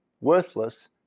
worthless